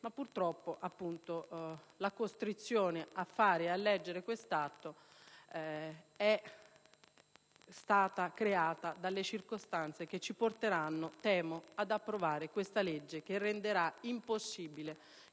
Purtroppo, la costrizione a fare e a leggere questo atto è stata determinata dalle circostanze che temo ci porteranno ad approvare una legge che renderà impossibile